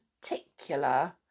particular